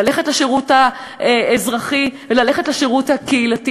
ללכת לשירות האזרחי וללכת לשירות הקהילתי,